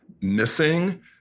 missing